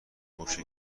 پشت